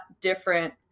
different